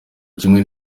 kimwe